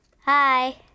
Hi